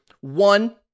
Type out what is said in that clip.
One